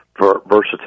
versatility